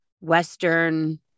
Western